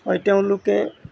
হয় তেওঁলোকে